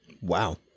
Wow